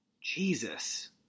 Jesus